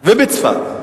ובצפת.